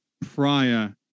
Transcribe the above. prior